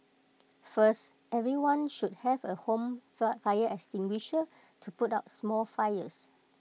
first everyone should have A home fire extinguisher to put out small fires